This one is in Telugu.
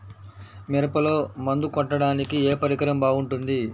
మిరపలో మందు కొట్టాడానికి ఏ పరికరం బాగుంటుంది?